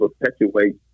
perpetuate